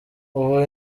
ubu